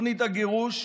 תוכנית הגירוש,